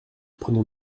prenons